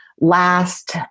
last